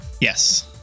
yes